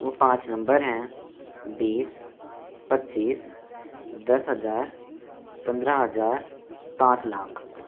वह पाँच नम्बर हैं बीस पच्चीस दस हज़ार पंद्रह हज़ार पाँच लाख